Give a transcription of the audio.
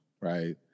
right